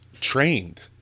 trained